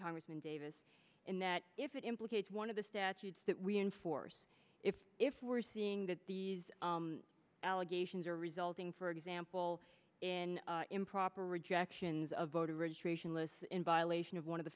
congressman davis in that if it implicates one of the statutes that we enforce if if we're seeing that these allegations are resulting for example in improper rejections of voter registration lists in violation of one of the